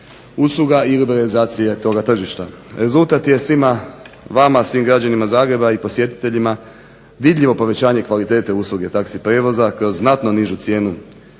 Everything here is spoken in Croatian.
usluga i liberalizacije toga tržišta. Rezultat je svima vama i svim građanima Zagreba i posjetiteljima vidljivo povećanje kvalitete usluge taxi prijevoza kroz znatno nižu cijenu